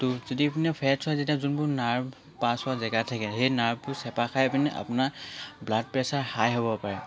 টো যদি আপোনাৰ ফেট্ছ হয় তেতিয়া যোনবোৰ নাৰ্ভ পাছ হোৱা জেগা থাকে সেই নাৰ্ভবোৰ চেপা খাই পিনে আপোনাৰ ব্লাড প্ৰেছাৰ হাই হ'ব পাৰে